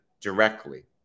directly